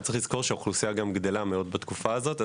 אבל צריך לזכור שהאוכלוסייה גדלה מאד בתקופה הזאת.